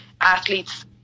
athletes